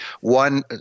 one